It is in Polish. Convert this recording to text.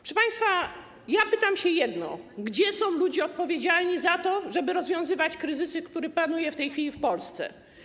Proszę państwa, pytam o jedno: Gdzie są ludzie odpowiedzialni za to, żeby rozwiązywać kryzys, który panuje w tej chwili w Polsce?